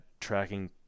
tracking